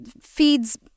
feeds